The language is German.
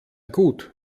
gut